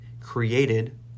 created